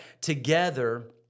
together